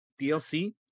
DLC